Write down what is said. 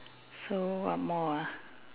so one more ah